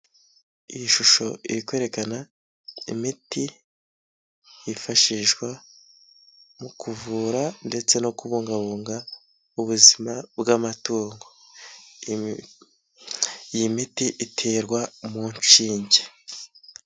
Iyi shusho iri kwerekana imiti yifashishwa mu kuvura ndetse no kubungabunga ubuzima bw'amatungo, iyi miti iterwa mu nshinge.